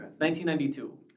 1992